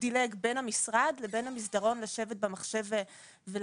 דילג במן המשרד לבין המסדרון כדי לשבת עם המחשב ולעבוד.